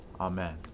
Amen